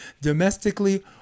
domestically